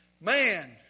Man